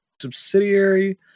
subsidiary